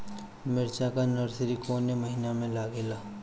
मिरचा का नर्सरी कौने महीना में लागिला?